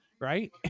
right